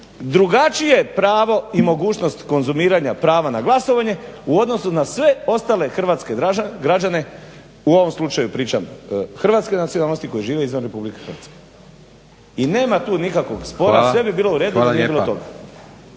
drugačije pravo i mogućnost konzumiranja prava na glasovanje u odnosu na sve ostale hrvatske građane u ovom slučaju pričam hrvatske nacionalnosti koji žive izvan RH. i nema tu nikakvog spora, sve bi bilo uredu da nije bilo toga.